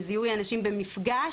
לזיהוי אנשים במפגש,